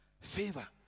favor